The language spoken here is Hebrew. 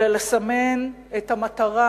אלא לסמן את המטרה,